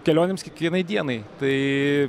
kelionėms kiekvienai dienai tai